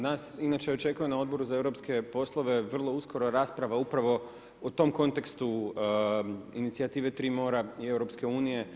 Nas inače očekuje na Odboru za europske poslove vrlo uskoro rasprava upravo o tom kontekstu inicijative „Tri mora“ i EU.